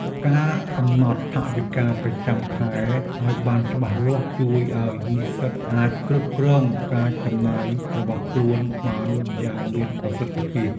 ការកំណត់ថវិកាប្រចាំខែឱ្យបានច្បាស់លាស់ជួយឱ្យនិស្សិតអាចគ្រប់គ្រងការចំណាយរបស់ខ្លួនបានយ៉ាងមានប្រសិទ្ធភាព។